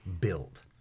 build